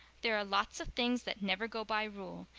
there are lots of things that never go by rule,